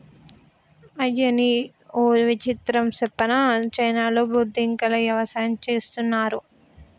అయ్యనీ ఓ విచిత్రం సెప్పనా చైనాలో బొద్దింకల యవసాయం చేస్తున్నారు